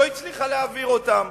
לא הצליחה להעביר אותם.